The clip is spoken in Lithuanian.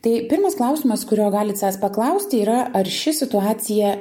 tai pirmas klausimas kurio galit savęs paklausti yra ar ši situacija